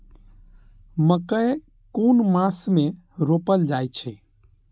मकेय कुन मास में रोपल जाय छै?